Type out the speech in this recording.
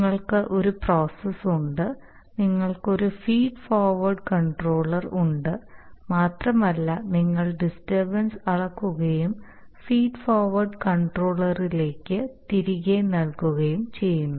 നിങ്ങൾക്ക് ഒരു പ്രോസസ്സ് ഉണ്ട് നിങ്ങൾക്ക് ഒരു ഫീഡ് ഫോർവേർഡ് കൺട്രോളർ ഉണ്ട് മാത്രമല്ല നിങ്ങൾ ഡിസ്റ്റർബൻസ് അളക്കുകയും ഫീഡ് ഫോർവേർഡ് കൺട്രോളറിലേക്ക് തിരികെ നൽകുകയും ചെയ്യുന്നു